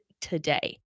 today